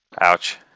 Ouch